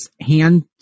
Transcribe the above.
hand